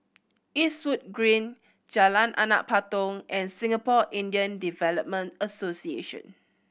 Eastwood Green Jalan Anak Patong and Singapore Indian Development Association